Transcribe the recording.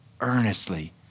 earnestly